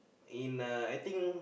in uh I think